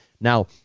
Now